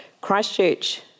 Christchurch